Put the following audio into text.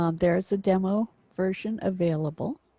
um there's a demo version available.